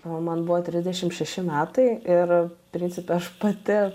o man buvo trisdešim šeši metai ir principe aš pati